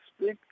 speak